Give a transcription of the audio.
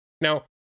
Now